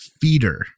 Feeder